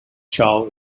chow